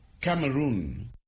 Cameroon